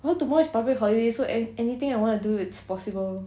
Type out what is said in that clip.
oh tomorrow is public holiday so a~ anything I wanna do it's possible